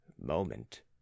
moment